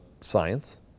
science